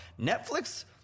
Netflix